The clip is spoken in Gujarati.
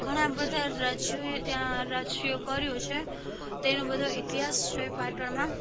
ઘણાં બધાં રાજ્યોએ ત્યાં રાજ્ય કર્યું છે તેનો બધો ઇતિહાસ છે પાટણમાં